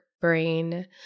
brain